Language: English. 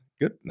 Good